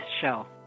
show